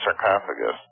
sarcophagus